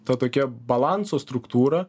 ta tokia balanso struktūra